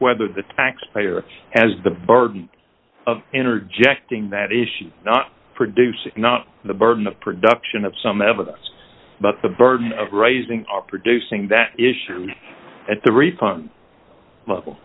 whether the taxpayer has the burden of interjecting that issue not produce not the burden of production of some evidence but the burden of raising are producing that issues and the